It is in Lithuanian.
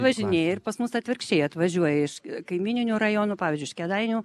važinėja ir pas mus atvirkščiai atvažiuoja iš kaimyninių rajonų pavyzdžiui iš kėdainių